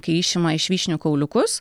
kai išima iš vyšnių kauliukus